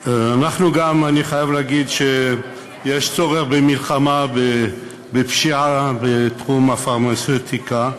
אני חייב להגיד שיש צורך במלחמה בפשיעה בתחום הפרמצבטיקה,